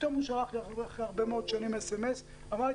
פתאום הוא שלח לי אחרי הרבה מאוד שנים סמ"ס ואמר לי,